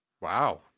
Wow